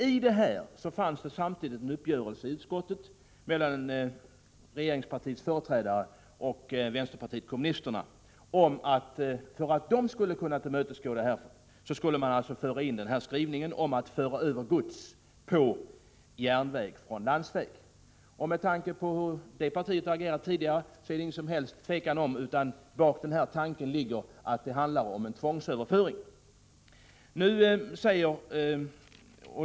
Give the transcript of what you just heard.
I sammanhanget träffades emellertid en uppgörelse i utskottet mellan regeringspartiets företrädare och vänsterpartiet kommunisterna. För att vpk skulle gå regeringen till mötes skulle man tillfoga en skrivning om att föra över gods från landsväg till järnväg. Med tanke på hur vpk har agerat tidigare är det inga som helst tvivel om att den bakomliggande tanken är en tvångsöverföring.